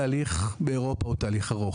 התהליך באירופה הוא תהליך ארוך,